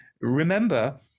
remember